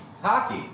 Hockey